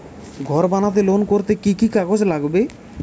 ঘর বানাতে লোন করতে কি কি কাগজ লাগবে?